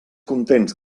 contents